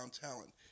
talent